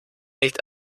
nicht